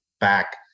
back